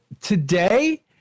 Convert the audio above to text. today